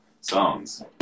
songs